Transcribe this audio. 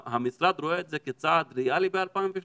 המשרד רואה את זה כצעד ריאלי ב-2030?